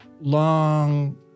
long